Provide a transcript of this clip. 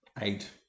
eight